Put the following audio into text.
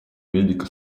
медико